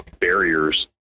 barriers